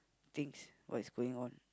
things what is going on